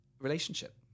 relationship